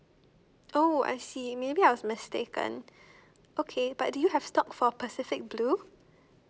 oh I see maybe I was mistaken okay but do you have stock for pacific blue